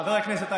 חבר הכנסת עודה,